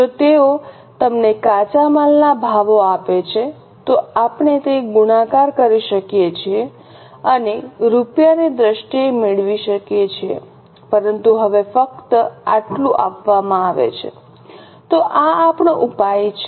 જો તેઓ તમને કાચા માલના ભાવો આપે છે તો આપણે તે ગુણાકાર કરી શકીએ છીએ અને રૂપિયાની દ્રષ્ટિએ મેળવી શકીએ છીએ પરંતુ હવે ફક્ત આટલું આપવામાં આવે છે તો આ આપણો ઉપાય છે